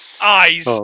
eyes